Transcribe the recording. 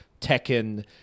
Tekken